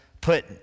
put